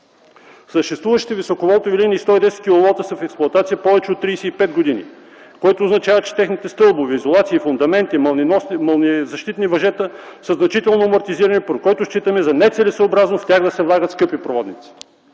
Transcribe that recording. „Съществуващите високоволтови линии от 110 киловолта са в експлоатация повече от 35 години, което означава, че техните стълбове, изолации, фундаменти, мълниезащитни въжета са значително амортизирани, поради което считаме за нецелесъобразно в тях да се влагат скъпи проводници”.